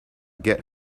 get